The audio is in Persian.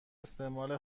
استعمال